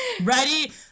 Ready